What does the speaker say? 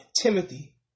Timothy